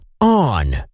on